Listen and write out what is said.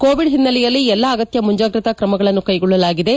Covid ಹಿನ್ನೆಲೆಯಲ್ಲಿ ಎಲ್ಲಾ ಅಗತ್ಯ ಮುಂಜಾಗ್ರತಾ ಕ್ರಮಗಳನ್ನು ಕ್ಲೆಗೊಳ್ಳಲಾಗಿದೆ